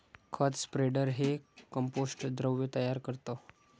खत स्प्रेडर हे कंपोस्ट द्रव तयार करतं